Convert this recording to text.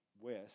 west